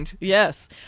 Yes